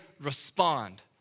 respond